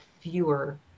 fewer